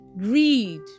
Greed